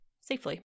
safely